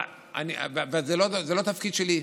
וזה לא התפקיד שלי,